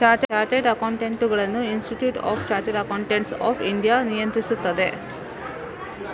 chartered ಅಕೌಂಟೆಂಟುಗಳನ್ನು institute of chartered accountants of India ನಿಯಂತ್ರಿಸುತ್ತದೆ